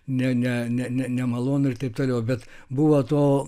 ne ne ne ne nemalonu ir taip toliau bet buvo to